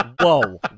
Whoa